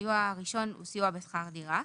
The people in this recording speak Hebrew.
הסיוע הראשון הוא סיוע בשכר דירה.